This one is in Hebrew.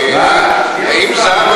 אבל יהיה לו